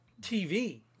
TV